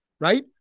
Right